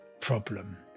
problem